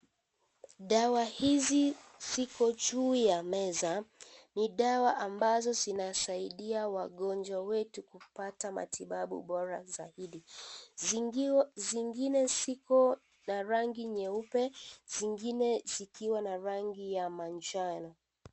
Dawa hizi ziko juu ya meza, ni dawa ambazo zinamsaidia wagonjwa wetu kupata matibabu bora zaidi , zingine zipo na rangi nyeupe , zingine zikiwa na rangi ya manjano.